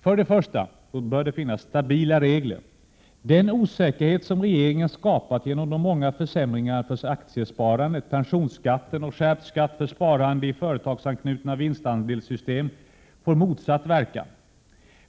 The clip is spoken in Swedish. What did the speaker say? För det första bör det finnas stabila regler. Den osäkerhet som regeringen skapat genom de många försämringarna för aktiesparandet — pensionsskatten och skärpt skatt för sparande i företagsanknutna vinstandelssystem — får motsatt verkan.